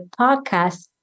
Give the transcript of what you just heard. podcast